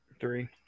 Three